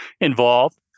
involved